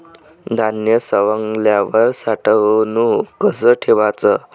धान्य सवंगल्यावर साठवून कस ठेवाच?